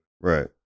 Right